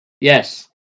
Yes